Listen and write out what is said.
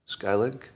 Skylink